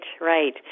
right